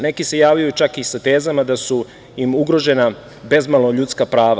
Neki se javljaju čak i sa tezama da su im ugrožena bezmalo ljudska prava.